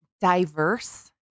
diverse